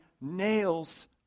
nails